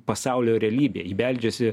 pasaulio realybė ji beldžiasi